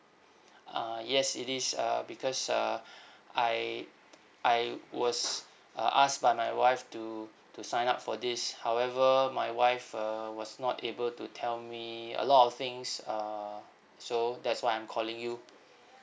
uh yes it is err because err I I was uh asked by my wife to to sign up for this however my wife err was not able to tell me a lot of things uh so that's why I'm calling you